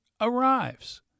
arrives